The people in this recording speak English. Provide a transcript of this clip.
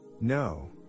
No